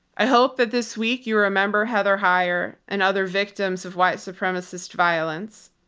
i hope that this week you remember heather heyer and other victims of white supremacist violence,